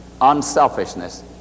unselfishness